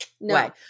No